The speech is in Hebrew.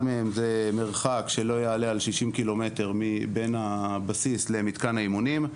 הוא מרחק שלא יעלה על 60 ק"מ מהבסיס אל מתקן האימונים.